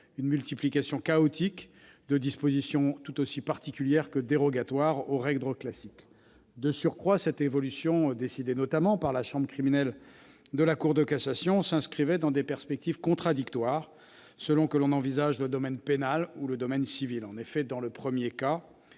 la multiplication chaotique des dispositions particulières et dérogatoires aux règles classiques du droit. De surcroît, cette évolution, décidée notamment par la chambre criminelle de la Cour de cassation, s'inscrivait dans des perspectives contradictoires selon que l'on envisage le domaine pénal ou civil. En effet, dans le premier cas,